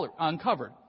uncovered